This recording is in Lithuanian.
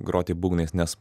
groti būgnais nes